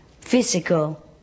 physical